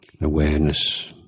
awareness